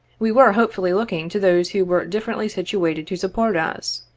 we were hopefully looking to those who were differently situated to support us.